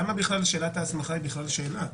למה שאלת ההסמכה היא בכלל שאלה?